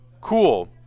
cool